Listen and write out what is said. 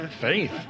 Faith